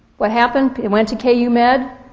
what happened? he went to k u. med,